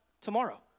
tomorrow